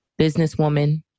businesswoman